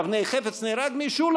באבני חפץ נהרג מישהו?